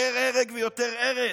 יותר הרג ויותר הרס,